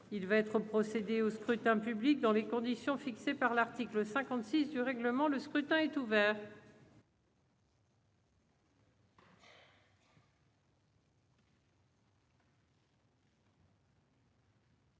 il va être procédé au scrutin public dans les conditions fixées par l'article 56 du règlement, le scrutin est ouvert.